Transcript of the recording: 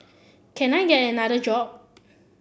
can I get another job